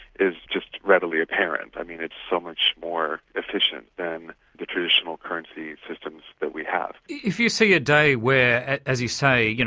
is just readily apparent. i mean it's so much more efficient than the traditional currency systems that we have. if you see a day where, as you say,